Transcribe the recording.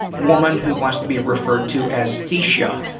woman who wants to be referred to as thesha,